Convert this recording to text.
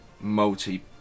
multi